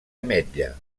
ametlla